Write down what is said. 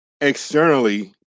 externally